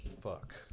Fuck